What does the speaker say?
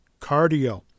Cardio